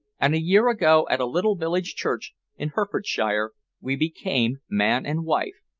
and a year ago at a little village church in hertfordshire we became man and wife,